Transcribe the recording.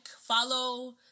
follow